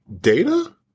data